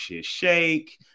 shake